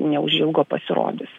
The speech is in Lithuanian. neužilgo pasirodys